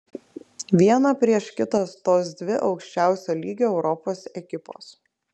viena prieš kitą stos dvi aukščiausio lygio europos ekipos